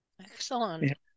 Excellent